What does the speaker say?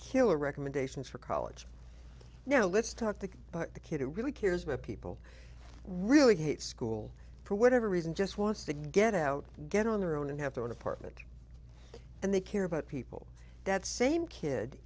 killer recommendations for college now let's talk to the kid who really cares where people really hate school for whatever reason just wants to get out get on their own and have their own apartment and they care about people that same kid